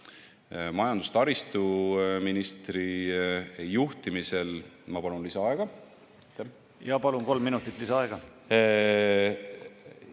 Majandus‑ ja taristuministri juhtimisel ... Ma palun lisaaega. Jaa, palun! Kolm minutit lisaaega.